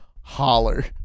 holler